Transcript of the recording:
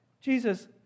Jesus